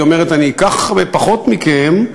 היא אומרת: אני אקח פחות מכם,